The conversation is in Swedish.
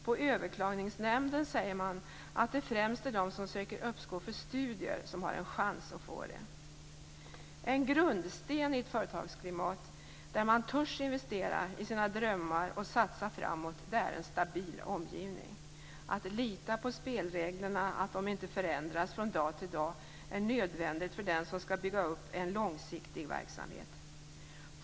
På överklagandenämnden säger man att det främst är de som söker uppskov för studier som har en chans att få det. En grundsten i ett företagsklimat där man törs investera i sina drömmar och satsa framåt är en stabil omgivning. Att lita på att spelreglerna inte förändras från dag till dag är nödvändigt för den som skall bygga upp en långsiktig verksamhet.